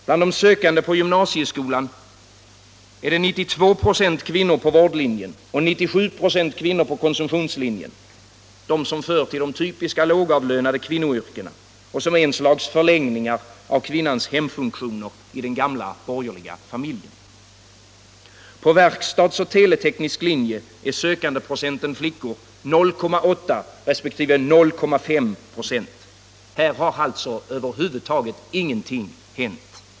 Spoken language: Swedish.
Bland de sökande på gymnasieskolan är 92 26 på vårdlinjen och 97 ?6 på konsumtionslinjen kvinnor — de som hör till de typiska lågavlönade kvinnoyrkena och som är ett slags förlängningar av kvinnans hemfunktioner i den gamla borgerliga familjen. På verkstads och teleteknisk linje är sökandeprocenten flickor 0,8 resp. 0,5. Här har alltså över huvud taget ingenting hänt.